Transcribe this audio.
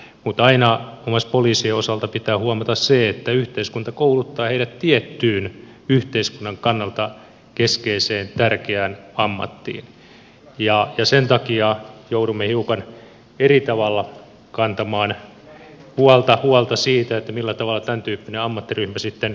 mutta aina muun muassa poliisien osalta pitää huomata se että yhteiskunta kouluttaa heidät tiettyyn yhteiskunnan kannalta keskeiseen tärkeään ammattiin ja sen takia joudumme hiukan eri tavalla kantamaan huolta siitä millä tavalla tämäntyyppinen ammattiryhmä sitten työllistyy